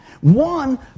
One